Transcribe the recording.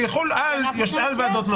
זה יחול על ועדות,